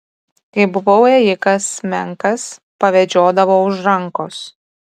kai buvau ėjikas menkas pavedžiodavo už rankos